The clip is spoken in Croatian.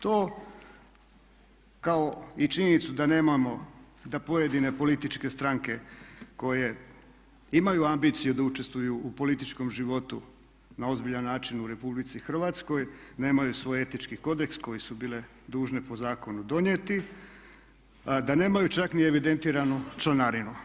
To kao i činjenicu da nemamo, da pojedine političke stranke koje imaju ambicije da učestvuju u političkom životu na ozbiljan način u Republici Hrvatskoj nemaju svoj etički kodeks koji su bile dužne po zakonu donijeti, da nemaju čak ni evidentiranu članarinu.